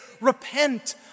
repent